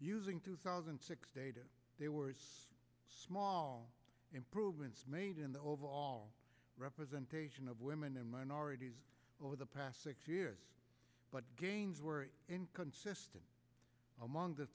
using two thousand and six data they were small improvements made in the overall representation of women and minorities over the past six years but gains were inconsistent among the